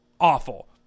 awful